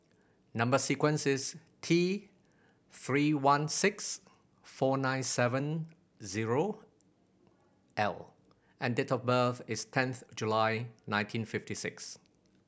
number sequence is T Three one six four nine seven zero L and date of birth is tenth July nineteen fifty six